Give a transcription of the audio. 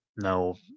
No